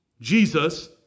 Jesus